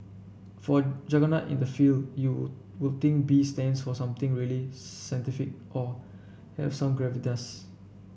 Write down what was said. for a juggernaut in the field you would think B stands for something really scientific or have some gravitas